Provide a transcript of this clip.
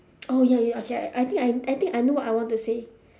oh ya you okay I I think I I think I know what I want to say